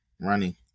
running